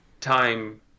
time